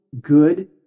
good